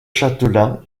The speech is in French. chatelain